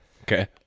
Okay